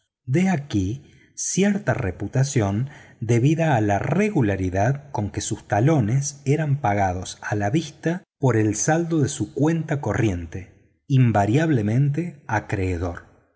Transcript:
de aquí cierta reputación debida a la regularidad con que sus cheques eran pagados a la vista por el saldo de su cuenta corriente invariablemente acreedor